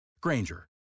Granger